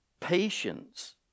Patience